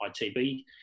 ITB